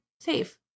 safe